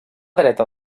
dreta